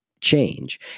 change